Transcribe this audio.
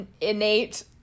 innate